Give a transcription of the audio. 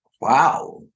wow